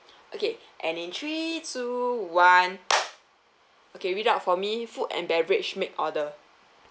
okay and in three two one okay read out for me food and beverage make order